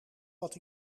dat